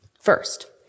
First